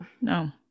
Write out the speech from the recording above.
no